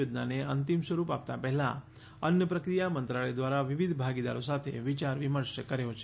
યોજનાને અંતિમ સ્વરૂપ આપતા પહેલાં અન્ન પ્રક્રિયા મંત્રાલય દ્વારા વિવિધ ભાગીદારો સાથે વિચાર વિમર્શ કર્યો છે